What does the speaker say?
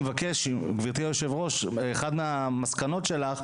קודם כל צריך לפנות למשרד החינוך בצורה מסודרת.